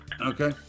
okay